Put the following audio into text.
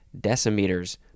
decimeters